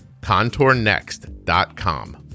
Contournext.com